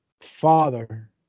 father